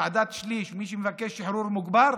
ועדת שליש, מי שמבקש שחרור מוגבר,